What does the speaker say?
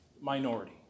minority